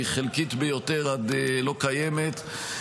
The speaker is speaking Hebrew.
היא חלקית ביותר עד לא קיימת,